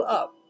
up